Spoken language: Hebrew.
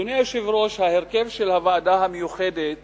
אדוני היושב-ראש, ההרכב של הוועדה המיוחדת